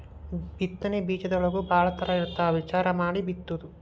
ಬಿತ್ತನೆ ಬೇಜದೊಳಗೂ ಭಾಳ ತರಾ ಇರ್ತಾವ ವಿಚಾರಾ ಮಾಡಿ ಬಿತ್ತುದು